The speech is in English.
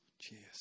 Cheers